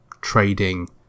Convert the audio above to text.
trading